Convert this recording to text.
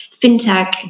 fintech